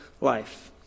life